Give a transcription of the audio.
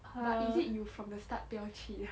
but is it you from the start 不要起了